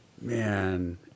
Man